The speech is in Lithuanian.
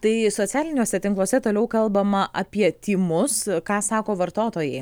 tai socialiniuose tinkluose toliau kalbama apie tymus ką sako vartotojai